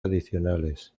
adicionales